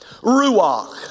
Ruach